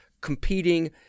competing